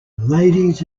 ladies